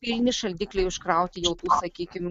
pilni šaldikliai užkrauti jau tų sakykim